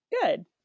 Good